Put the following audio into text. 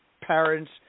parents